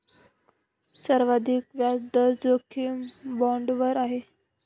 सर्वाधिक व्याजदर जोखीम बाँडवर आहे